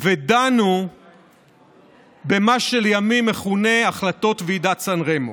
ודנו במה שלימים מכונה החלטות ועידת סן רמו.